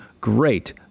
great